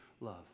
love